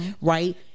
right